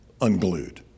unglued